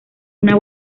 una